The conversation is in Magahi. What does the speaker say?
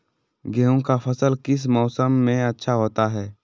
गेंहू का फसल किस मौसम में अच्छा होता है?